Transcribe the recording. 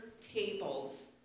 tables